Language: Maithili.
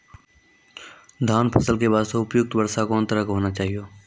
धान फसल के बास्ते उपयुक्त वर्षा कोन तरह के होना चाहियो?